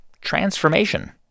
transformation